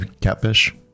catfish